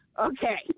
Okay